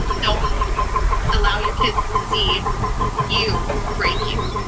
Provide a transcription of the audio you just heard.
don't allow your kids to see you breaking,